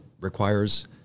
requires